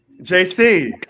JC